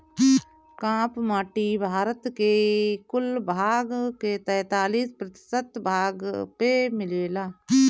काप माटी भारत के कुल भाग के तैंतालीस प्रतिशत भाग पे मिलेला